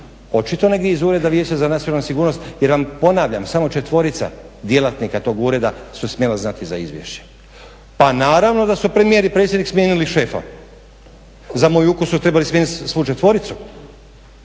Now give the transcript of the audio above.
očito negdje iz Ureda vijeća za nacionalnu sigurnost jer ponavljam samo 4.djelatnika tog ureda su smjela znati za izvješće. Pa naravno da su premijer i predsjednik smijenili šefa. Za moj ukus su trebali smijeniti svu četvoricu.